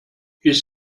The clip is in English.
his